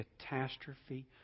catastrophe